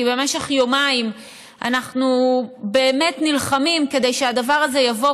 כי במשך יומיים אנחנו באמת נלחמים כדי שהדבר הזה יבוא